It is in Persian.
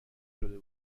شده